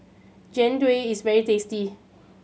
Jian Dui is very tasty